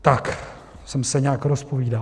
Tak jsem se nějak rozpovídal.